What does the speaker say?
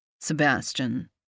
Sebastian